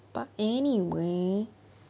but anyway